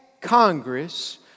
Congress